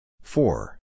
Four